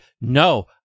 no